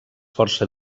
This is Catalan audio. força